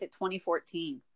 2014